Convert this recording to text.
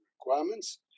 requirements